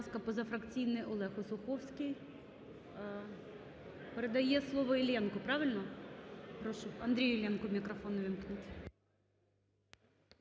Дякую